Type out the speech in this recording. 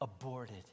Aborted